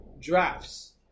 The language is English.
drafts